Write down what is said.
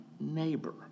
neighbor